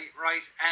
Right